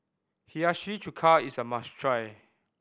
Hiyashi Chuka is a must try